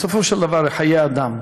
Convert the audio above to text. בסופו של דבר, אלה חיי אדם.